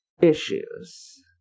issues